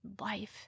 life